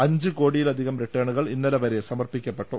അഞ്ച് കോടിയിലധികം റിട്ടേണുകൾ ഇന്നലെ വരെ സമർപ്പിക്കപ്പെട്ടു